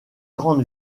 grande